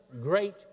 great